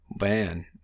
Man